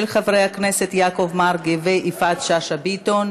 של חברי הכנסת יעקב מרגי ויפעת שאשא ביטון.